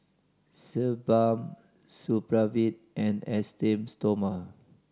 Sebamed Supravit and Esteem Stoma